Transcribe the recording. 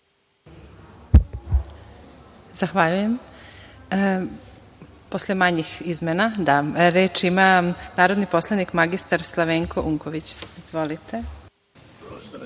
Zahvaljujem. Posle manjih izmena, da, reč ima narodni poslanik mr Slavenko Unković. Izvolite.